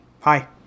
Hi